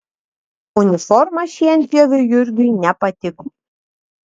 uniforma šienpjoviui jurgiui nepatiko